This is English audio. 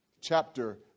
chapter